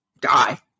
die